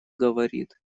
говорит